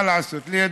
בסדר, מה לעשות, לידי,